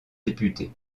député